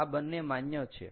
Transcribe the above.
આ બંને માન્ય છે